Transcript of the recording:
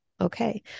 okay